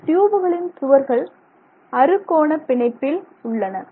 இந்த டியூபுகளின் சுவர்கள் அறுகோண பிணைப்பில் உள்ளன